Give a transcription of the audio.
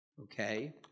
Okay